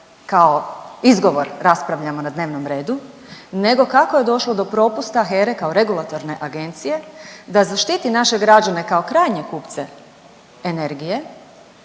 kao izgovor raspravljamo na dnevnom redu nego kako je došlo do propusta HERA-e kao regulatorne agencije da zaštiti naše građane kao krajnje kupce energije